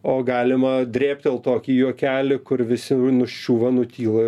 o galima drėbtelti tokį juokelį kur visi nuščiūva nutylo